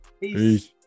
Peace